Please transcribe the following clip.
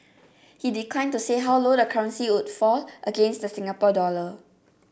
he declined to say how low the currency would fall against the Singapore dollar